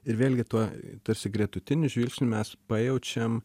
ir vėlgi tuo tarsi gretutiniu žvilgsniu mes pajaučiam